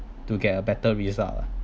to get a better result lah